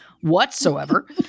whatsoever